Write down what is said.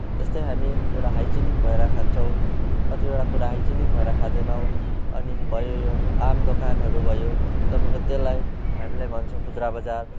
जस्तै हामी एउटा हाइजेनिक भएर खान्छौँ कतिवटा कुरा हाइजेनिक भएर खाँदैनौँ अनि भयो यो आम दोकानहरू भयो तपाईँको त्यसलाई हामीले भन्छौँ खुदरा बजार